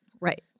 Right